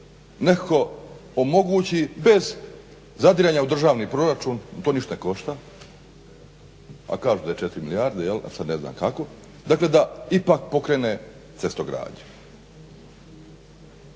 nekako omogući bez zadiranja u državni proračun, to ništa ne košta, a kažu da je 4 milijarde jel' a sad ne znam kako, dakle da ipak pokrene cestogradnju.